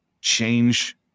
change